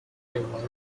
wyoming